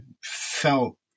felt